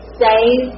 save